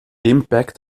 impact